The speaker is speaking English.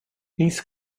east